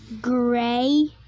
Gray